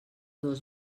dos